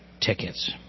tickets